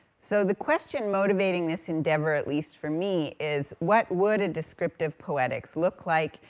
so the question motivating this endeavor, at least for me, is what would a descriptive poetics look like,